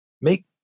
make